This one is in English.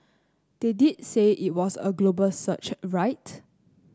they did say it was a global search right